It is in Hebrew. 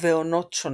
ובעונות שונות.